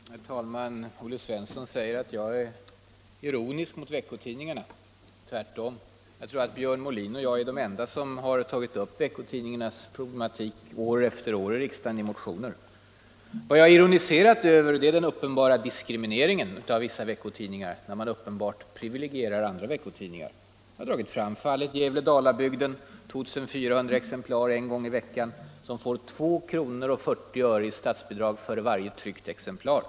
Herr talman! Olle Svensson säger att jag ”ironiserar” över veckotidningarna. Tvärtom, jag tror att Björn Molin och jag är de enda som seriöst har tagit upp veckotidningarnas problem år efter år i motioner i riksdagen. Vad jag har ironiserat över är den uppenbara diskrimineringen av vissa veckotidningar, när man så tydligt privilegierar andra veckotidningar. Jag har dragit fram fallet Gävle-Dalabygden med 2 400 exemplar en gång i veckan, som får 2:40 kr. i statsbidrag för varje tryckt exemplar.